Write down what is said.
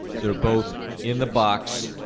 they're both in the box,